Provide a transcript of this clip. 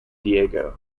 diego